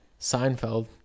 seinfeld